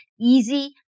easy